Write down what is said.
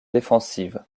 défensive